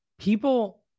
People